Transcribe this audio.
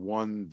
one